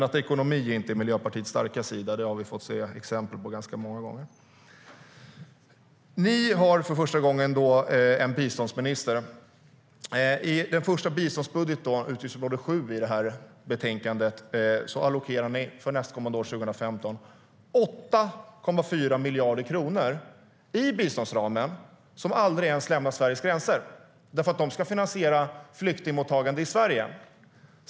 Att ekonomi inte är Miljöpartiets starka sida har vi fått exempel på ganska många gånger. Ni miljöpartister har för första gången en biståndsminister. I er första biståndsbudget, utgiftsområde 7 i betänkandet, allokerar ni 8,4 miljarder kronor i biståndsramen för nästa år, 2015. Det är pengar som aldrig ens passerar Sveriges gränser. De ska nämligen finansiera flyktingmottagandet i Sverige.